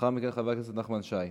ולאחר מכן, חבר הכנסת נחמן שי.